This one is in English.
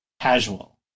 casual